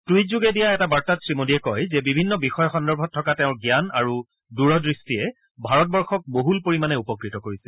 টুইটযোগে দিয়া এটা বাৰ্তাত শ্ৰীমোদীয়ে কয় যে বিভিন্ন বিষয় সন্দৰ্ভত থকা তেওঁৰ জ্ঞান আৰু দূৰদৃষ্টিয়ে ভাৰতবৰ্যক বহুলপৰিমাণে উপকৃত কৰিছে